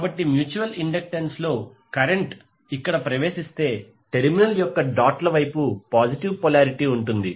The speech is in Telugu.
కాబట్టి మ్యూచువల్ ఇండక్టెన్స్ లో కరెంట్ ఇక్కడ ప్రవేశిస్తే టెర్మినల్ యొక్క డాట్ ల వైపు పాజిటివ్ పొలారిటీ ఉంటుంది